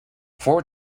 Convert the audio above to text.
four